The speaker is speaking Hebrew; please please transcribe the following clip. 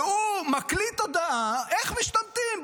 והוא מקליט הודעה איך משתמטים,